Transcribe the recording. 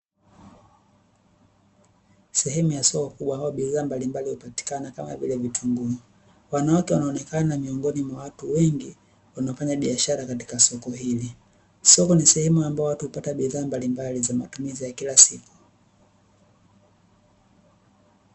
Sehemu ya soko kubwa ambapo bidhaa mbalimbali hupatikana kama vile vitunguu. Wanawake wanaonekana miongoni mwa watu wengi, wanaofanya biashara katika soko hili. Soko ni sehemu ambayo watu hupata bidhaa mbalimbali za matumizi ya kila siku.